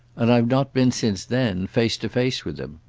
and i've not been since then face to face with him.